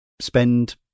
spend